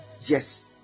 yes